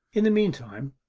in the meantime,